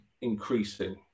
increasing